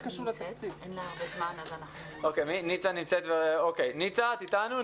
ניצה, את איתנו?